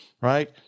right